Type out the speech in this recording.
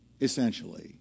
essentially